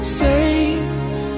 safe